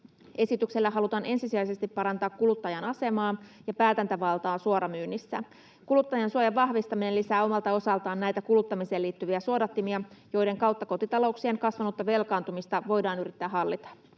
Esityksellä halutaan ensisijaisesti parantaa kuluttajan asemaa ja päätäntävaltaa suoramyynnissä. Kuluttajansuojan vahvistaminen lisää omalta osaltaan näitä kuluttamiseen liittyviä suodattimia, joiden kautta kotitalouksien kasvanutta velkaantumista voidaan yrittää hallita.